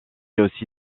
aussi